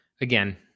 again